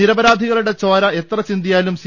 നിരപരാധി കളുടെ ചോര് എത്ര ചിന്തിയാലും സി